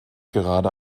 gerade